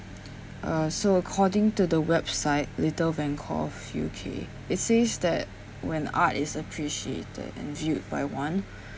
uh so according to the website little van gogh U_K it says that when art is appreciated and viewed by one